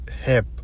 hip